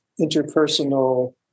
interpersonal